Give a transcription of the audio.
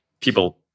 people